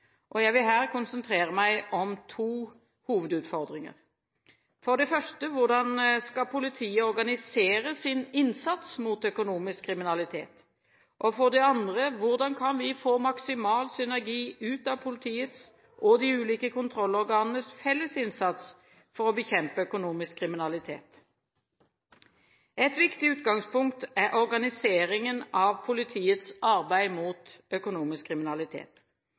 Jeg vil her konsentrere meg om to hovedutfordringer. For det første: Hvordan skal politiet organisere sin innsats mot økonomisk kriminalitet? For det andre: Hvordan kan vi få maksimal synergi ut av politiets og de ulike kontrollorganenes felles innsats for å bekjempe økonomisk kriminalitet? Et viktig utgangspunkt er organiseringen av politiets arbeid mot økonomisk kriminalitet.